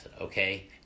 okay